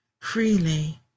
freely